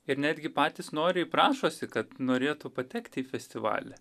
ir netgi patys noriai prašosi kad norėtų patekti į festivalį